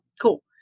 cool